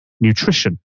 Nutrition